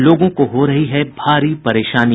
लोगों को हो रही है भारी परेशानी